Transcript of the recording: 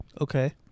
Okay